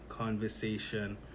conversation